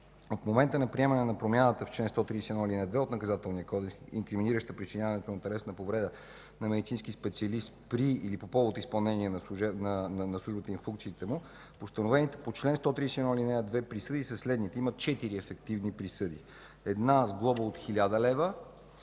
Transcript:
От момента на приемане на промяната в чл. 131, ал. 2 от Наказателния кодекс, инкриминираща причиняването на телесна повреда на медицински специалист при или по повод изпълнение на службата или функциите му, постановените по чл. 131, ал. 2 присъди са следните: има четири ефективни присъди – една с глоба от 1000 лв.,